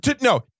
no